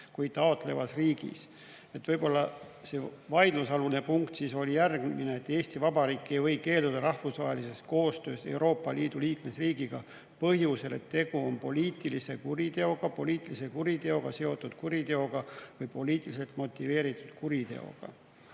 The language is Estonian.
kui taotlevas riigis." Võib-olla see vaidlusalune punkt oli järgmine, et Eesti Vabariik ei või keelduda rahvusvahelisest koostööst Euroopa Liidu liikmesriigiga põhjusel, et tegu on poliitilise kuriteoga, poliitilise kuriteoga seotud kuriteoga või poliitiliselt motiveeritud kuriteoga.